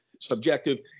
subjective